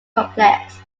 complex